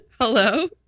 Hello